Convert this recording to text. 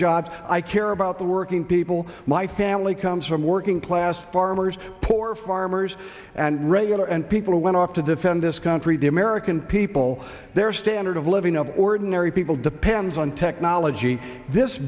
jobs i care about the working people my family comes from working class farmers poor farmers and regular and people who went off to defend this country the american people their standard of living of ordinary people depends on technology this